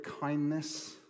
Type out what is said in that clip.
kindness